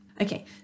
Okay